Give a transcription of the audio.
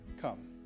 come